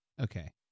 Okay